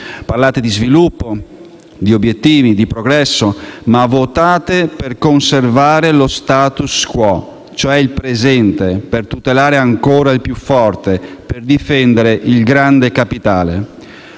Parlate di sviluppo, di obiettivi, di progresso, ma votate per conservare lo *status quo*, cioè il presente, per tutelare ancora il più forte, per difendere il grande capitale.